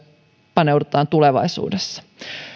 paneudutaan tulevaisuudessa